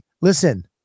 listen